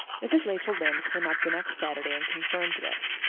mrs. rachel lynde came up the next saturday and confirmed this.